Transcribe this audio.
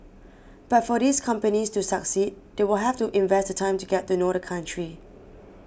but for these companies to succeed they will have to invest the time to get to know the country